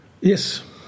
Yes